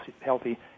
healthy